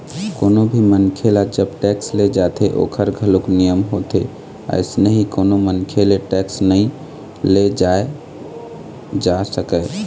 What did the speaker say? कोनो भी मनखे ले जब टेक्स ले जाथे ओखर घलोक नियम होथे अइसने ही कोनो मनखे ले टेक्स नइ ले जाय जा सकय